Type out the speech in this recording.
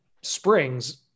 springs